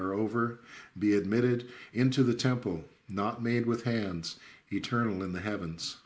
are over be admitted into the temple not made with hands eternal in the heavens